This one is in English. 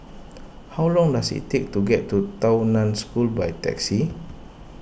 how long does it take to get to Tao Nan School by taxi